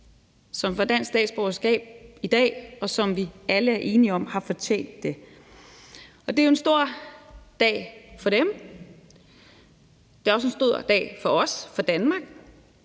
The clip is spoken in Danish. som får dansk statsborgerskab i dag, har fortjent det. Og det er jo en stor dag for dem. Det er også en stor dag for os og for Danmark.